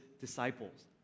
disciples